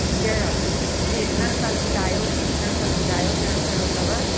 कहिड़ा सीजनल फल ॿुधायो सीजलन फल ॿुधायो कहिड़ो कहिड़ो अथव